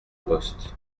poste